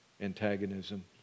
antagonism